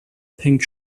pink